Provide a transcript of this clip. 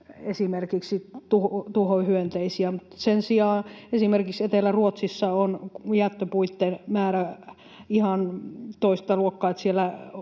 esimerkiksi tuhohyönteisiä. Sen sijaan esimerkiksi Etelä-Ruotsissa on jättöpuitten määrä ihan toista luokkaa: